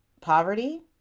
poverty